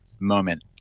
moment